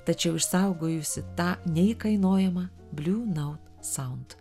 tačiau išsaugojusi tą neįkainojamą bliu naut saund